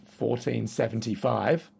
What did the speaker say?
1475